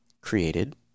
created